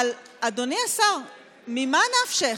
אבל אדוני השר, ממה נפשך?